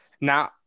now